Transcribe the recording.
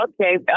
Okay